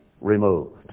removed